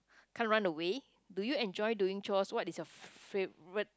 can't run away do you enjoy doing chores what is your favorite